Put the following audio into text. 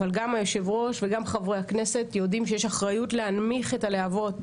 אבל גם היושב-ראש וגם חברי הכנסת יודעים שיש אחריות להנמיך את הלהבות.